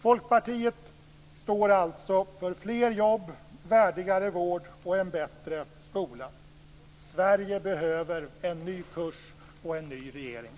Folkpartiet står alltså för fler jobb, värdigare vård och en bättre skola. Sverige behöver en ny kurs och en ny regering.